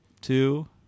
two